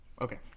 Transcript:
Okay